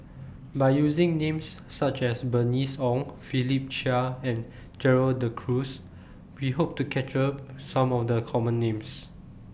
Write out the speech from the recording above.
By using Names such as Bernice Ong Philip Chia and Gerald De Cruz We Hope to capture Some of The Common Names